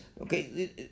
okay